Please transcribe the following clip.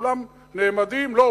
כולם נעמדים: לא,